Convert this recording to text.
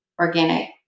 organic